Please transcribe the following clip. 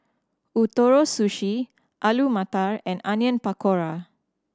Ootoro Sushi Alu Matar and Onion Pakora